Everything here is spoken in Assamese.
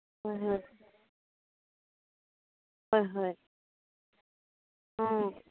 হয় হয় হয় হয় অ'